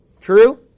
True